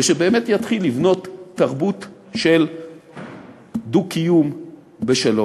ושבאמת יתחיל לבנות תרבות של דו-קיום בשלום.